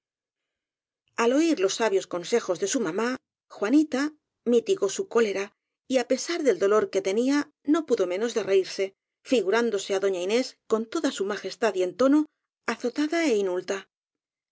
al oir los sabios consejos de su mamá juanita mitigó su cólera y á pesar del dolor que tenía no pudo menos de reirse figurándose á doña inés con toda su majestad y entono azotada é inulta